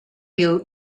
you